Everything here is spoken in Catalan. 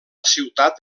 ciutat